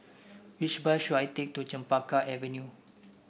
which bus should I take to Chempaka Avenue